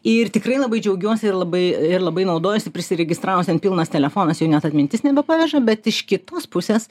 ir tikrai labai džiaugiuosi ir labai ir labai naudojuosi prisiregistravus ten pilnas telefonas jau net atmintis nebepaveža bet iš kitos pusės